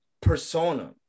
persona